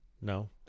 no